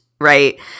right